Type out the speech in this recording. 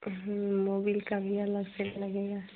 Mobil का भी अलग से लगेगा